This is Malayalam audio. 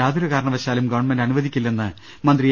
യാതൊരു കാരണവശാലും ഗവൺമെന്റ് അനുവദിക്കില്ലെന്ന് മന്ത്രി എ